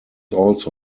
also